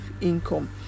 income